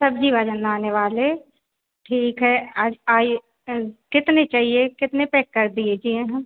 सब्जी बनाने वाले ठीक है आइए कितने चाहिए कितने पैक कर दिए जी हम